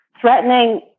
threatening